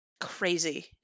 crazy